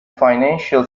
financial